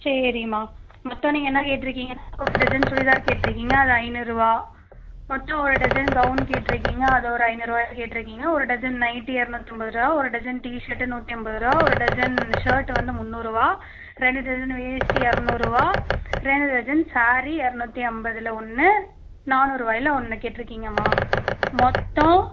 சரிம்மா மொத்தம் நீங்கள் என்ன கேட்டுருக்கீங்க ஒரு டஜன் சுடிதார் கேட்டுருக்கீங்க அது ஐநூறுரூவா அடுத்து ஒரு டஜன் கௌன் கேட்டுருக்கீங்க அது ஒரு ஐநூறுரூவாய்க்கு கேட்டுருக்கீங்க ஒரு டஜன் நைட்டி இரநூத்தம்பதுரூவா ஒரு டஜன் டீ ஷர்ட் நூற்றி ஐம்பதுரூவா ஒரு டஜன் ஷர்ட்டு வந்து முன்னூறுரூவா ரெண்டு டஜன் வேஷ்டி இரநூறுவா ரெண்டு டஜன் சாரீ இரநூத்தி ஐம்பதுல ஒன்று நானூறுவாயில் ஒன்று கேட்டுருக்கீங்கம்மா மொத்தம்